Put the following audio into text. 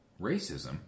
Racism